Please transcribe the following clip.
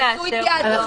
תעשו התייעצות.